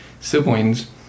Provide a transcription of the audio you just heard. siblings